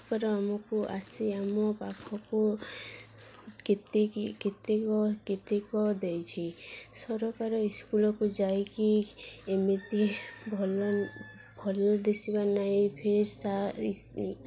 ତାର ଆମକୁ ଆସି ଆମ ପାଖକୁ କେତିକି କେତିକ କେତିକ ଦେଇଛି ସରକାର ଇସ୍କୁଲକୁ ଯାଇକି ଏମିତି ଭଲ ଭଲ ଦେଶିବା ନାଇଁ ଫି